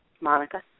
Monica